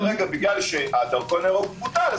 בגלל שהדרכון הירוק בוטל,